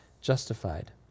justified